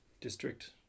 District